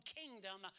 kingdom